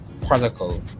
particle